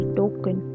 token